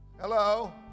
Hello